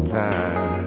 time